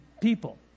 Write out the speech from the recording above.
people